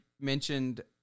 mentioned